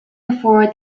before